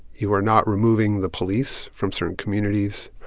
you are not removing the police from certain communities.